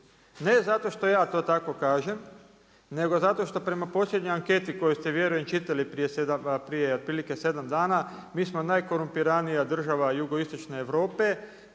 Ne zato što ja to tako kažem nego zašto što prema posljednjoj anketi koju ste vjerujem čitali prije otprilike 7 dana mi smo najkorumpiranija država jugoistočne Europe